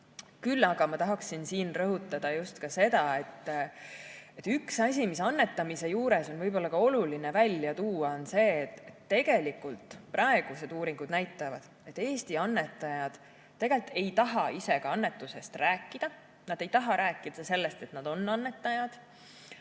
Küll aga ma tahaksin siin rõhutada ühte asja, mida annetamise juures on võib-olla ka oluline välja tuua. Nimelt, praegused uuringud näitavad, et Eesti annetajad tegelikult ei taha ise ka annetusest rääkida. Nad ei taha rääkida sellest, et nad on annetajad,